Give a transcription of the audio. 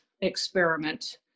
experiment